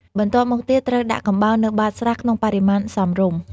បន្ទាប់មកទៀតត្រូវដាក់កំបោរនៅបាតស្រះក្នុងបរិមាណសមរម្យ។